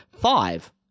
five